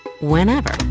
whenever